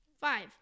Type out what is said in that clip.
Five